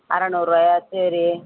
அறநூறுருவாயா சரி